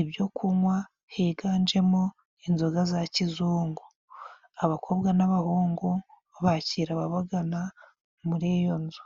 ibyo kunywa higanjemo inzoga za kizungu. Abakobwa n'abahungu bo bakira ababagana muri iyo nzu.